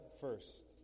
first